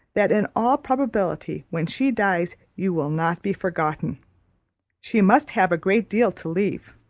that in all probability when she dies you will not be forgotten she must have a great deal to leave.